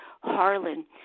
Harlan